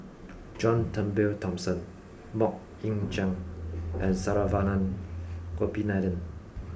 John Turnbull Thomson Mok Ying Jang and Saravanan Gopinathan